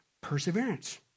perseverance